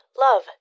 love